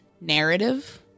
narrative